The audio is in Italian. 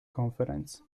conference